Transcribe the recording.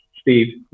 Steve